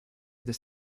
this